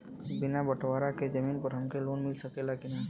बिना बटवारा के जमीन पर हमके लोन मिल सकेला की ना?